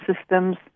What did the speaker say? systems